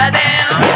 down